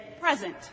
present